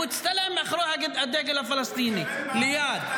הוא הצטלם מאחורי הדגל הפלסטיני, ליד.